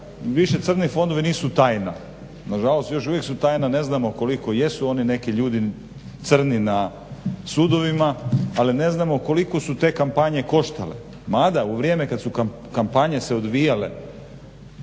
više crni fondovi nisu tajna. Nažalost, još uvijek su tajna, ne znamo koliko jesu oni neki ljudi crni na sudovima, ali ne znamo koliko su te kampanje koštale. Mada u vrijeme kad su kampanje se odvijale